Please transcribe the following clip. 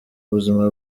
buzima